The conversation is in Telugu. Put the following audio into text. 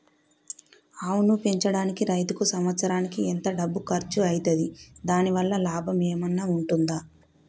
ఆవును పెంచడానికి రైతుకు సంవత్సరానికి ఎంత డబ్బు ఖర్చు అయితది? దాని వల్ల లాభం ఏమన్నా ఉంటుందా?